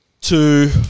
Two